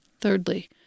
Thirdly